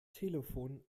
telefon